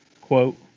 quote